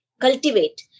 cultivate